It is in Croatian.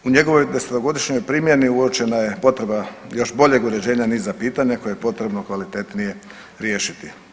U njegovoj desetogodišnjoj primjeni uočena je potreba još boljeg uređenja niza pitanja koje je potrebno kvalitetnije riješiti.